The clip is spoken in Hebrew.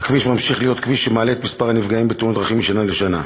הכביש ממשיך להיות כביש שמעלה את מספר הנפגעים בתאונות דרכים משנה לשנה.